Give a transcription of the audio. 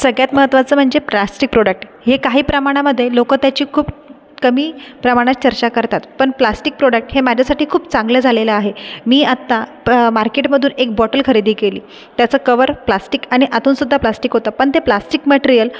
सगळ्यात महत्त्वाचं म्हणजे प्लास्टिक प्रोडक्ट हे काही प्रमाणामध्ये लोक त्याची खूप कमी प्रमाणात चर्चा करतात पण प्लास्टिक प्रोडक्ट हे माझ्यासाठी खूप चांगलं झालेलं आहे मी आता प मार्केटमधून एक बॉटल खरेदी केली त्याचं कव्हर प्लास्टिक आणि आतूनसुद्धा प्लास्टिक होतं पण ते प्लास्टिक मटेरियल